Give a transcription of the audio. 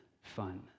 fun